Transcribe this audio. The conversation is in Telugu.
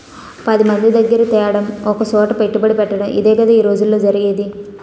పదిమంది దగ్గిర తేడం ఒకసోట పెట్టుబడెట్టటడం ఇదేగదా ఈ రోజుల్లో జరిగేది